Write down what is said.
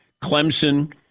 Clemson